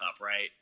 right